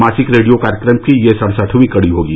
मासिक रेडियो कार्यक्रम की यह सड़सठवीं कड़ी होगी